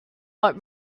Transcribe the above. what